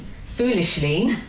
foolishly